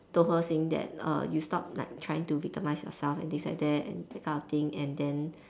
told her saying that uh you stop like trying to victimise yourself and things like that and that kind of thing and then